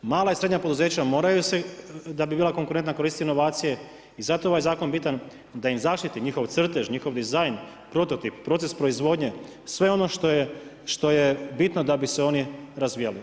Mala i srednja poduzeća moraju se da bi bila konkurentna koristiti inovacijama i zato je ovaj zakon bitan da im zaštiti njihov crtež, njihov dizajn, prototip, proces proizvodnje, sve ono što je bitno da bi se oni razvijali.